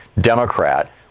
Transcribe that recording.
Democrat